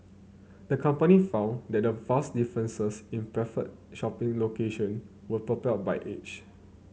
the company found that the vast differences in preferred shopping location was propelled by age